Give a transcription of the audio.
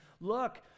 look